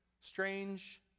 strange